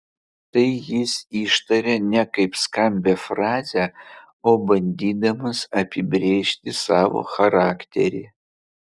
tai jis ištaria ne kaip skambią frazę o bandydamas apibrėžti savo charakterį